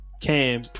Cam